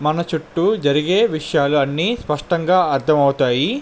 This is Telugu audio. మన చుట్టు జరిగే విషయాలన్నీ స్పష్టంగా అర్థమవుతాయి